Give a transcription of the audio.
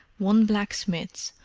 one blacksmith's,